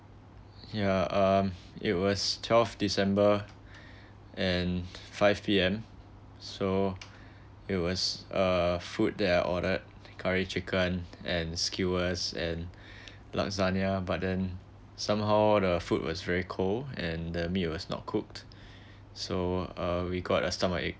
yeah um it was twelve december and five P_M so it was uh food that I ordered curry chicken and skewers and lasagna but then some how the food was very cold and the meats was not cooked so uh we got a stomachache